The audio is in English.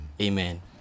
Amen